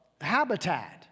habitat